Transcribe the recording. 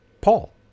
Paul